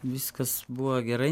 viskas buvo gerai